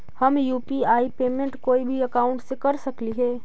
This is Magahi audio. हम यु.पी.आई पेमेंट कोई भी अकाउंट से कर सकली हे?